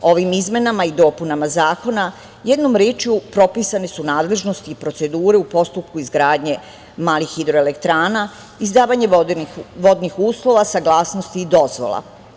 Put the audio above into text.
Ovim izmenama i dopunama zakona jednom rečju propisane su nadležnosti i procedure u postupku izgradnje malih hidroelektrana, izdavanje vodnih uslova, saglasnosti i dozvola.